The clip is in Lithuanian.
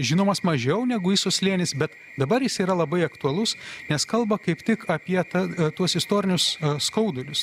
žinomas mažiau negu isos slėnis bet dabar jis yra labai aktualus nes kalba kaip tik apie ta tuos istorinius skaudulius